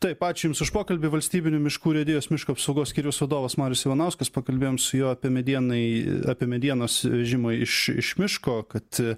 taip ačiū jums už pokalbį valstybinių miškų urėdijos miško apsaugos skyriaus vadovas marius ivanauskas pakalbėjom su juo apie medienai apie medienos vežimą iš iš miško kad